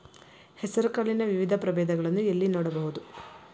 ಹೆಸರು ಕಾಳಿನ ವಿವಿಧ ಪ್ರಭೇದಗಳನ್ನು ಎಲ್ಲಿ ನೋಡಬಹುದು?